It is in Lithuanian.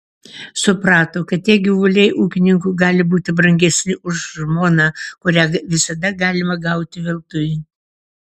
suprato kad tie gyvuliai ūkininkui gali būti brangesni už žmoną kurią visada galima gauti veltui